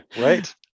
Right